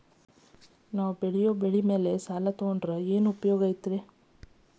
ನಾವ್ ಬೆಳೆಯೊ ಬೆಳಿ ಸಾಲಕ ಬಂದ್ರ ಏನ್ ಉಪಯೋಗ?